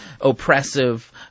oppressive